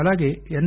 అలాగే ఎన్